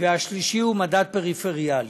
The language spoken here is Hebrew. והשלישי הוא מדד פריפריאלי.